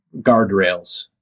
guardrails